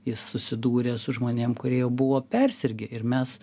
jis susidūrė su žmonėm kurie jau buvo persirgę ir mes